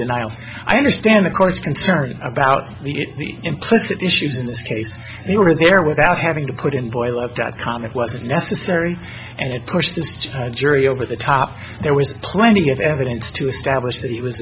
denials i understand of course concerned about the implicit issues in this case they were there without having to put in boy love dot com it wasn't necessary and it pushed the jury over the top there was plenty of evidence to establish that he was